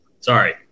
Sorry